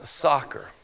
soccer